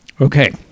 Okay